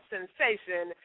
Sensation